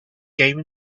game